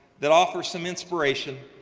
that offers some inspiration,